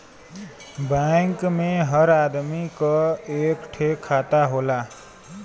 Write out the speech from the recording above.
bank मे हर आदमी क एक ठे खाता होला